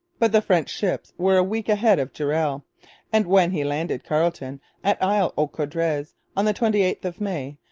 but the french ships were a week ahead of durell and, when he landed carleton at isle-aux-coudres on the twenty eighth of may,